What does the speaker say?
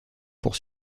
pour